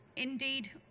Indeed